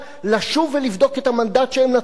לשוב ולבדוק את המנדט שהם נתנו,